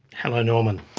hello norman.